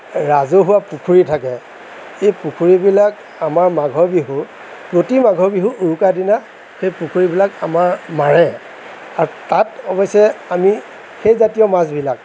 ৰাজহুৱা পুখুৰী থাকে সেই পুখুৰীবিলাক আমাৰ মাঘৰ বিহু প্ৰতি মাঘৰ বিহু উৰুকাৰ দিনা সেই পুখুৰীবিলাক আমাৰ মাৰে আৰু তাত অৱশ্য়ে আমি সেই জাতীয় মাছবিলাক